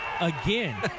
again